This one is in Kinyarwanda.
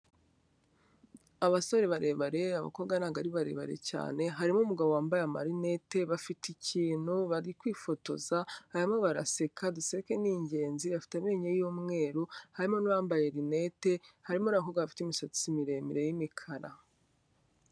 Abasore barebare abakobwa ntabwo ari barebare cyane, harimo umugabo wambaye amarinete bafite ikintu bari kwifotoza barimo baraseka, duseke n'ingenzi afite amenyo y'umweru, harimo n'uwambaye rinete, harimo n'abakobwa bafite imisatsi miremire y'imikara.